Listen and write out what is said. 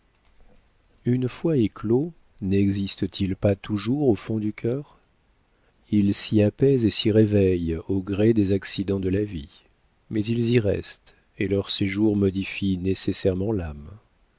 une fois éclos nexistent ils pas toujours au fond du cœur ils s'y apaisent et s'y réveillent au gré des accidents de la vie mais ils y restent et leur séjour modifie nécessairement l'âme